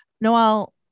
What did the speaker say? Noel